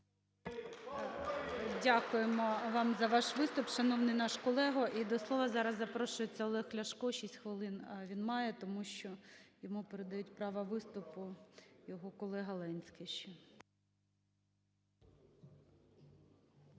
Дякуємо вам за ваш виступ, шановний наш колего. І до слова зараз запрошується Олег Ляшко. 6 хвилин він має, тому що йому передають право виступу його колега Ленський